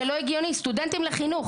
סטודנטים לחינוך